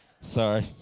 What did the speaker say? Sorry